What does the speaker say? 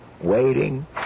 waiting